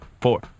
four